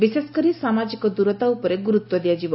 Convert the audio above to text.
ବିଶେଷକରି ସାମାଜିକ ଦୂରତା ଉପରେ ଗୁରୁତ୍ୱ ଦିଆଯିବ